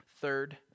Third